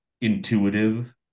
intuitive